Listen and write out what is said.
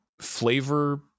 flavor